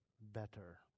better